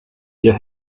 ihr